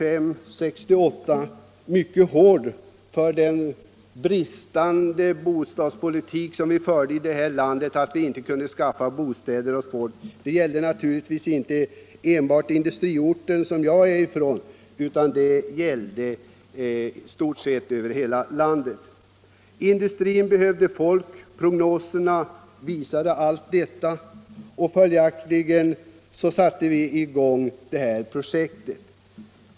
Ni minns säkerligen vilken hård kritik som under åren 1965-1968 framfördes mot bostadspolitiken här i landet — vi kunde inte skaffa bostäder åt folk. Detta gällde naturligtvis inte bara den industriort där jag bor, utan det gällde i stort sett över hela landet. Prognoserna visade att industrin behövde folk, följaktligen satte vi i gång detta projekt.